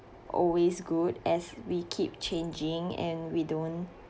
always good as we keep changing and we don't